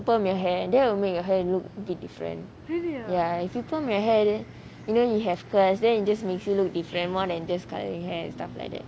permanent your hair that will make your hair look a bit different ya if you permanent your hair then you know you have curls then it just makes you look different more than just colouring hair and stuff like that